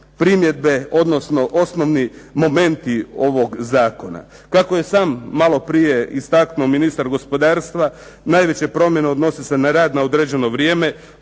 primjedbe, odnosno osnovni momenti ovog zakona? Kako je sam malo prije istaknuo ministar gospodarstva najveće promjene odnose se na rad na određeno vrijeme.